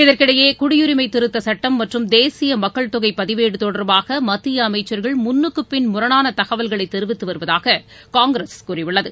இதற்கிடையே குடியுரிமைதிருத்தசட்டம் மற்றும் தேசியமக்கள்தொகைபதிவேடுதொடா்பாகமத்தியஅமைச்சா்கள் பின் முன்னுக்குப் முரணானதகவல்களைதெரிவித்துவருவதாககாங்கிரஸ் கூறியுள்ளது